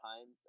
times